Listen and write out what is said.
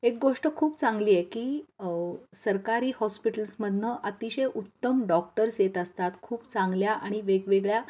एक गोष्ट खूप चांगली आहे की सरकारी हॉस्पिटल्समधनं अतिशय उत्तम डॉक्टर्स येत असतात खूप चांगल्या आणि वेगवेगळ्या